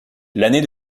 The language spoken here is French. l’année